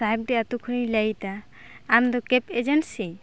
ᱥᱟᱦᱮᱵᱰᱤ ᱟᱹᱛᱩ ᱠᱷᱚᱱᱤᱧ ᱞᱟᱹᱭ ᱮᱫᱟ ᱟᱢᱫᱚ ᱠᱮᱯ ᱮᱡᱮᱱᱥᱤ